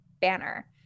banner